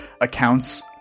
accounts